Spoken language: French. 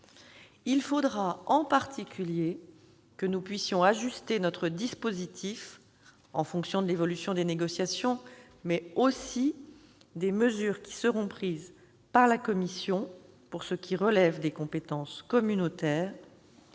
Il faudra en particulier que nous puissions ajuster notre dispositif en fonction de l'évolution des négociations, mais aussi des mesures qui seront prises par la Commission pour ce qui relève des compétences communautaires